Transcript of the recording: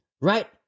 right